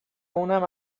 اونم